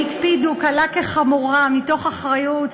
הן הקפידו בקלה כבחמורה, מתוך אחריות.